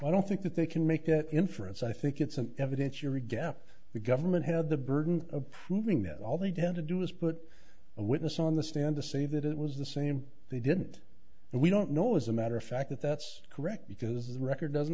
i don't think that they can make that inference i think it's an evidence you're a gap the government had the burden of proving that all they down to do was put a witness on the stand to say that it was the same they didn't and we don't know as a matter of fact that that's correct because the record doesn't